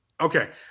Okay